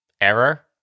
Error